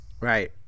right